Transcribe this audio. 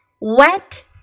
wet